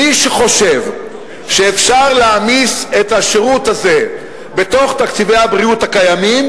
מי שחושב שאפשר להעמיס את השירות הזה בתוך תקציבי הבריאות הקיימים,